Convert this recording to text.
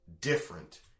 different